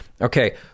Okay